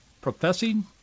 Professing